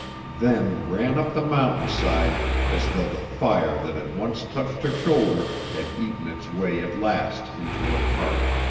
then ran up the mountain-side as though the fire that had once touched her shoulder had eaten its way at last into her heart.